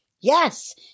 Yes